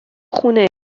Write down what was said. خونه